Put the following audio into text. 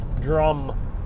drum